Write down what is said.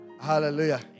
Hallelujah